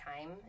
time